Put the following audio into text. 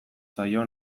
zaio